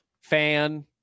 fan